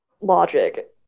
logic